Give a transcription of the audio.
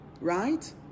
right